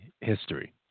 history